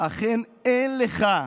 אך אין לך,